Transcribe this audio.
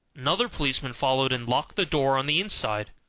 another policeman followed, and locked the door on the inside,